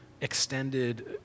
extended